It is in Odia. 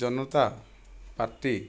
ଜନତା ପାର୍ଟି